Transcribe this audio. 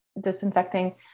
disinfecting